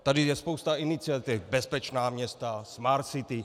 Tady je spousta iniciativ: Bezpečná města, Smart City.